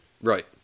Right